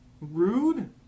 rude